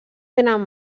tenen